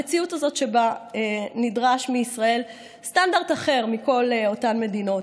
המציאות הזאת שבה נדרש מישראל סטנדרט אחר מכל אותן מדינות,